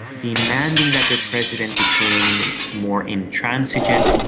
demanding that their president became more intransigent,